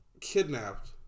kidnapped